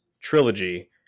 trilogy